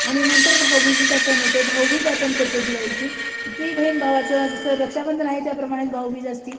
आणि नंतर भाऊबीजेचा सण येतो भाऊबीज आपण करतो दिवाळीची तीही बहीण भावाचं जसं रक्षाबंधन आहे त्याप्रमाणेच भाऊबीज असते